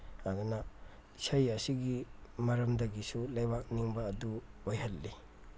ꯑꯗꯨꯅ ꯏꯁꯩ ꯑꯁꯤꯒꯤ ꯃꯔꯝꯗꯒꯤꯁꯨ ꯂꯩꯕꯥꯛ ꯅꯤꯡꯕ ꯑꯗꯨ ꯑꯣꯏꯍꯜꯂꯤ